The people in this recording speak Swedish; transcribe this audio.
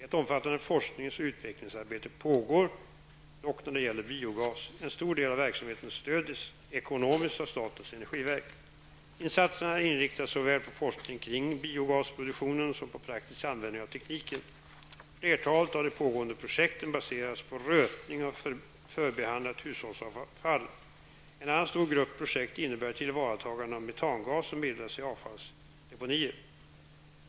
Ett omfattande forsknings och utvecklingsarbete pågår dock när det gäller biogas. en stor del av verksamheten stöds ekonomiskt av statens energiverk. Insatserna inriktas såväl på forskning kring biogasproduktionen som på praktisk användning av tekniken. Flertalet av de pågående projekten baseras på rötning av förbehandlat hushållsavfall. En annan stor grupp projekt innebär tillvaratagande av metangas som bildas i avfallsdeponier.